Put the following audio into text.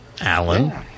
Alan